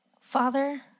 Father